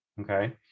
Okay